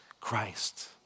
Christ